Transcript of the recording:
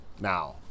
Now